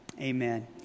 amen